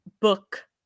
book